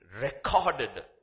recorded